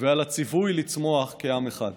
ועל הציווי לצמוח כעם אחד.